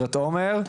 הדיבור.